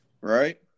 right